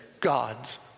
God's